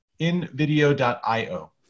invideo.io